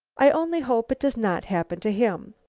i only hope it does not happen to him.